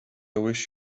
wish